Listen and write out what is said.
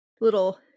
little